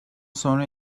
sonra